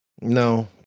No